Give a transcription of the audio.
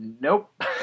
Nope